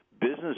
business